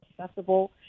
accessible